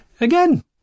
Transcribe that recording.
again